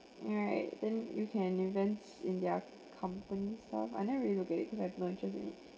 alright then you can invest in their company stuff and I never really looked at it because I have no interest in it